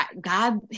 God